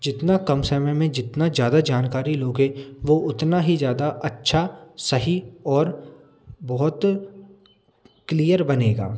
जितना कम समय में जितना ज़्यादा जानकारी लोगे वो उतना ही ज़्यादा अच्छा सही और बहुत क्लियर बनेगा